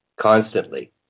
constantly